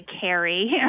carry